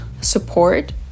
support